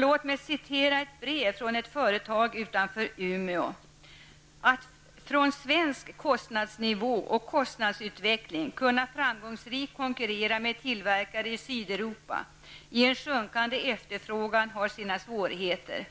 Låt mig citera ur ett brev från ett företag utanför Umeå: ''Att från svensk kostnadsnivå och kostnadsutveckling kunna framgångsrikt konkurrera med tillverkare i Sydeuropa i en sjunkande efterfrågan har sina svårigheter.